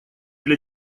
для